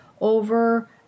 over